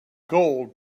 gold